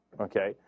okay